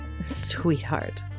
Sweetheart